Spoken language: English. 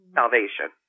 salvation